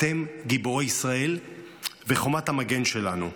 אתם גיבורי ישראל וחומת המגן שלנו.